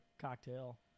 cocktail